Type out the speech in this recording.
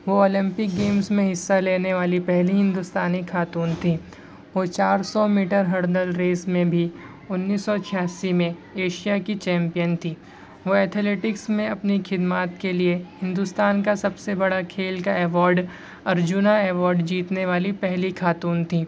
وہ Olympic games میں حصہ لینے والی پہلی ہندوستانی خاتون تھیں وہ چار سو میٹر ہڑدل ریس میں بھی انیس سو چھیاسی میں ایشیا کی چیمپئن تھیں وہ ایتھلیٹکس میں اپنی خدمات کے لیے ہندوستان کا سب سے بڑا کھیل کا ایوارڈ ارجنا ایوارڈ جیتنے والی پہلی خاتون تھیں